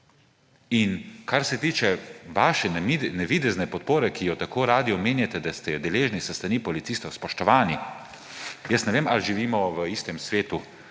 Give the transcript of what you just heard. In kar se tiče vaše navidezne podpore, ki jo tako radi omenjate, da ste je deležni s strani policistov, spoštovani, jaz ne vem, a živimo v istem svetu.